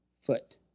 foot